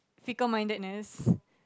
fickle mindedness